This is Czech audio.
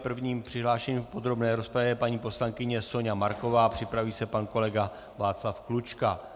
První přihlášenou v podrobné rozpravě je paní poslankyně Soňa Marková, připraví se pan kolega Václav Klučka.